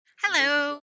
Hello